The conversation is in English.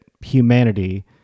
humanity